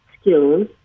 skills